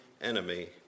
enemy